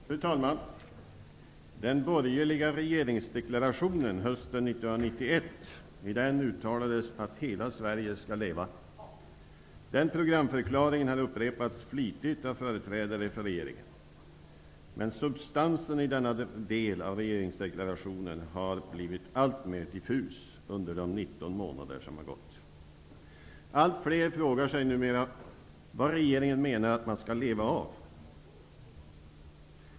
Fru talman! I den borgerliga regeringsdeklarationen hösten 1991 uttalades att ''Hela Sverige skall leva''. Den programförklaringen har upprepats flitigt av företrädare för regeringen. Men substansen i denna del av regeringsdeklarationen har blivit alltmera diffus under de 19 månader som har gått. Allt fler frågar sig numera vad regeringen menar att man skall leva av.